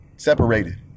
separated